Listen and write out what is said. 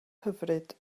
hyfryd